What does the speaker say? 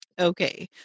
Okay